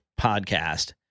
podcast